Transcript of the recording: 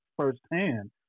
firsthand